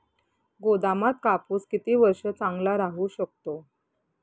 गोदामात कापूस किती वर्ष चांगला राहू शकतो?